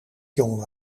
jong